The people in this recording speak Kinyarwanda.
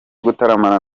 gutaramana